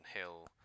hill